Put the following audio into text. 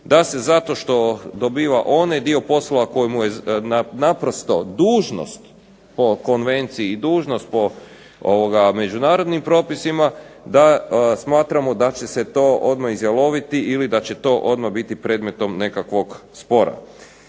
da se zato što dobiva onaj dio poslova koji mu je naprosto dužnost po konvenciji i dužnost po međunarodnim propisima da smatramo da će se to odmah izjaloviti ili da će to odmah biti predmetom nekakvog spora.